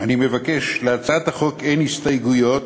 להצעת החוק אין הסתייגויות.